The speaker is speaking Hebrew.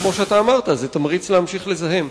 כמו שאתה אמרת, זה תמריץ להמשיך לזהם.